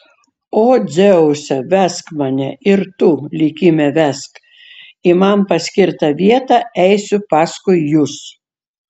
o dzeuse vesk mane ir tu likime vesk į man paskirtą vietą eisiu paskui jus